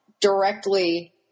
directly